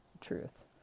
truth